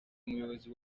umuyobozi